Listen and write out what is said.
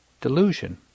delusion